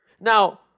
Now